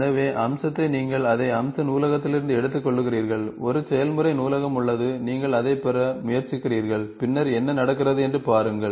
எனவே அம்சத்தை நீங்கள் அதை அம்ச நூலகத்திலிருந்து எடுத்துக்கொள்கிறீர்கள் ஒரு செயல்முறை நூலகம் உள்ளது நீங்கள் அதைப் பெற முயற்சிக்கிறீர்கள் பின்னர் என்ன நடக்கிறது என்று பாருங்கள்